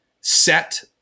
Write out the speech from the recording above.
set